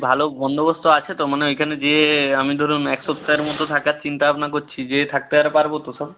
ভালো বন্দোবস্ত আছে তো মানে ওইখানে যেয়ে আমি ধরুন এক সপ্তাহের মতো থাকার চিন্তা ভাবনা করছি যেয়ে থাকতে আর পারব তো সব